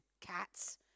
cats